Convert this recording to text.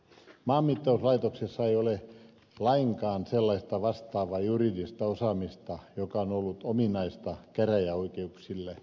maanmittauslaitoksessa ei ole lainkaan sellaista vastaavaa juridista osaamista joka on ollut ominaista käräjäoikeuksille